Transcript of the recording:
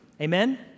Amen